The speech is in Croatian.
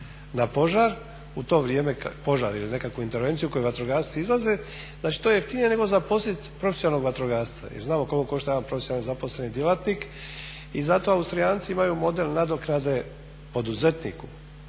njegov izlazak na požar ili nekakvu intervenciju koju vatrogasci izlaze, znači to je jeftinije nego zaposlit profesionalnog vatrogasca jer znamo koliko košta jedan profesionalni zaposleni djelatnik i zato Austrijanci imaju model nadoknade poduzetniku,